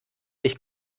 ich